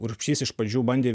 urbšys iš pradžių bandė